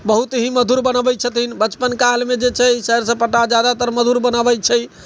बहुत ही मधुर बनबै छथिन बचपन काल मे जे छै सैर सपाटा जादातर मधुर बनाबै छै